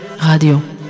Radio